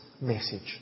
message